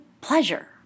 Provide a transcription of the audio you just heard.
pleasure